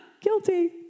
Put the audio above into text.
Guilty